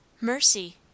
Mercy